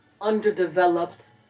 underdeveloped